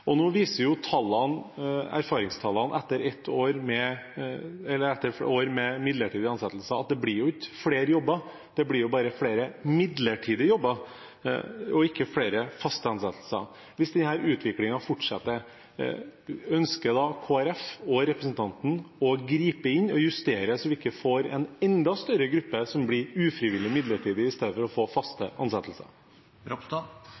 Nå viser erfaringstallene etter år med midlertidig ansettelse at det ikke blir flere jobber, det blir bare flere midlertidige jobber, og ikke flere faste ansettelser. Hvis denne utviklingen fortsetter, ønsker da Kristelig Folkeparti og representanten å gripe inn og justere så vi ikke får en enda større gruppe som blir ufrivillig midlertidig i stedet for å få faste